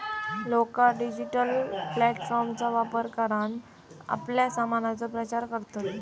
लोका डिजिटल प्लॅटफॉर्मचा वापर करान आपल्या सामानाचो प्रचार करतत